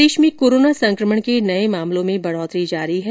प्रदेश में कोरोना संक्रमण के नए मामलों में बढ़ोतरी जारी है